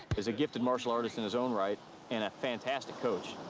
is a gifted martial artist in his own right and a fantastic coach.